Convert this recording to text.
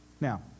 Now